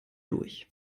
durch